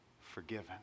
forgiven